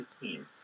team